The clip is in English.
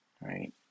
Right